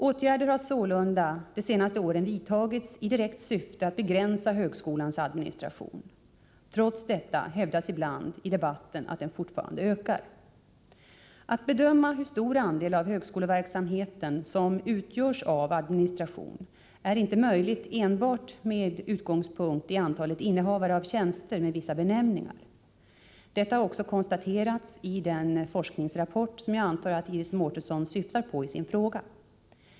Åtgärder har sålunda de senaste åren vidtagits i direkt syfte att begränsa högskolans administration. Trots detta hävdas ibland i debatten att den fortfarande ökar. Att bedöma hur stor andel av högskoleverksamheten som utgörs av administration är inte möjligt enbart med utgångspunkt i antalet innehavare av tjänster med vissa benämningar. Detta har också konstaterats i den forskningsrapport som jag antar att Iris Mårtensson syftar på i sin fråga.